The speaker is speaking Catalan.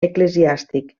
eclesiàstic